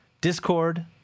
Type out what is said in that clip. Discord